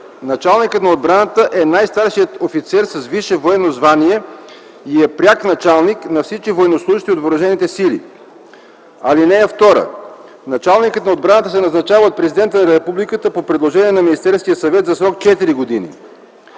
Началникът на отбраната е най-старшият офицер с висше военно звание и е пряк началник на всички военнослужещи от въоръжените сили. (2) Началникът на отбраната се назначава от Президента на Републиката по предложение на Министерския съвет за срок четири години.